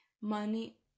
money